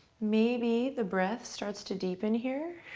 maybe the breath starts to deepen here.